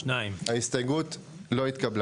2 נמנעים, 0 ההסתייגות לא התקבלה.